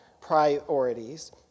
priorities